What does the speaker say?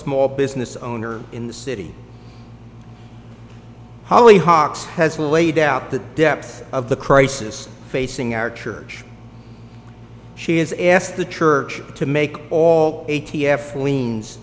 small business owner in the city hollyhocks has laid out the depth of the crisis facing our church she is asked the church to make all a t f leans